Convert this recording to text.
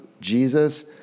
Jesus